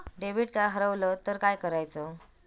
Debit card हरवल तर काय करायच?